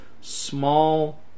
small